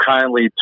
kindly